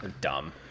dumb